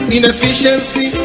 Inefficiency